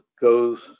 goes